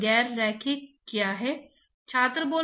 घटाएं या बढ़ाएं